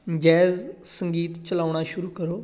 jazz ਸੰਗੀਤ ਚਲਾਉਣਾ ਸ਼ੁਰੂ ਕਰੋ